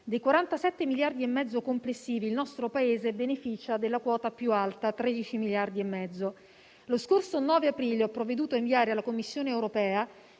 Dei 47,5 miliardi complessivi, il nostro Paese beneficia della quota più alta, 13,5 miliardi. Lo scorso 9 aprile ho provveduto a inviare alla Commissione europea